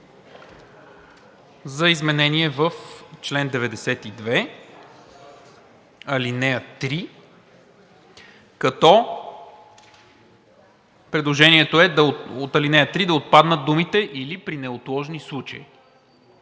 за изменение в чл. 92, ал. 3, като предложението е от ал. 3 да отпаднат думите „или при неотложни случаи“.